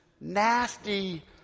nasty